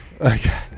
Okay